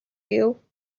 you